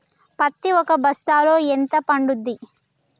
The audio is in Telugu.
పత్తి ఒక బస్తాలో ఎంత పడ్తుంది?